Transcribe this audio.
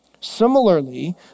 Similarly